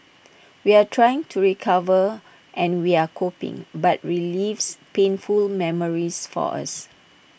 we're trying to recover and we're coping but relives painful memories for us